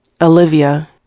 Olivia